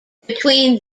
between